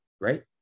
right